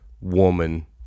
woman